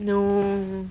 no